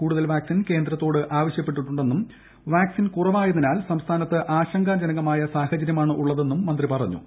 കൂടുതൽ വാക്സിൻ കേന്ദ്രത്തോട് ആവശ്യപ്പെട്ടിട്ടുണ്ടെന്നും വാക്സിൻ കൂറ്റപ്പെടുയതിനാൽ സംസ്ഥാനത്ത് ആശങ്കാജനകമായ സ്ട്രീഹചര്യമാണുള്ളതെന്നും മന്ത്രി പറഞ്ഞു